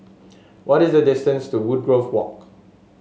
what is the distance to Woodgrove Walk